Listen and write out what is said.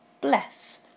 bless